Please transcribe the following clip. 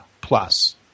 plus